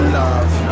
love